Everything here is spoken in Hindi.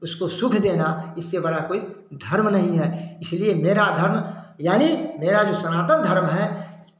उसको सुख देना इससे बड़ा कोई धर्म नहीं है इसीलिए मेरा धर्म यानी मेरा जो सनातन धर्म है